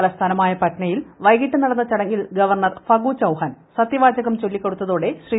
തലസ്ഥാനമായ പറ്റ്നയിൽ വൈകിട്ട് നടന്ന ചടങ്ങിൽ ഗവർണർ ഫഗു ചൌഹാൻ സത്യവാചകം ചൊല്ലിക്കൊടുത്തോടെ ശ്രീ